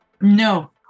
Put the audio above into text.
no